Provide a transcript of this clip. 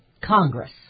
Congress